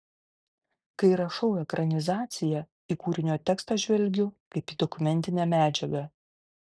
kai rašau ekranizaciją į kūrinio tekstą žvelgiu kaip į dokumentinę medžiagą